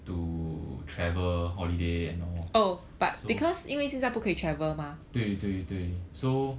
to travel holiday and all so 对对对 so